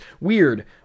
Weird